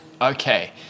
Okay